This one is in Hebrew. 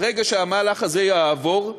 ברגע שהמהלך הזה יעבור,